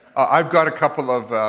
i've got a couple of